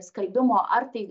skalbimo ar tai